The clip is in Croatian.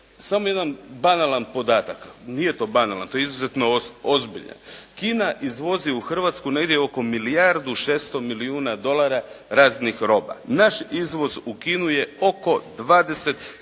Samo jedan banalan podatak. Nije to banalan, to je izuzetno ozbiljan. Kina izvozi u Hrvatsku negdje oko milijardu 600 milijuna dolara raznih roba. Naš izvoz u Kinu je oko 20 milijuna dolara,